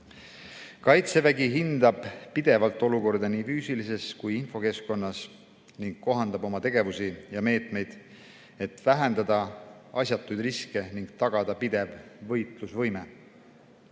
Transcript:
Kaitsevägi hindab pidevalt olukorda nii füüsilises kui infokeskkonnas ning kohandab oma tegevusi ja meetmeid, et vähendada asjatuid riske ning tagada pidev võitlusvõime.